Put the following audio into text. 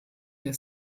der